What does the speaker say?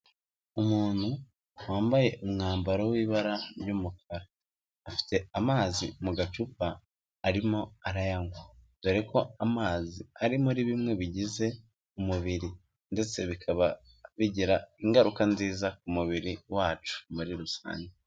Umuntu wambaye umwambaro w'ibara ry'umukara, afite amazi mu gacupa arimo arayanywa, dore ko amazi ari muri bimwe bigize umubiri ndetse bikaba bigira ingaruka nziza ku mubiri wacu muri rusange.